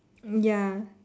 ya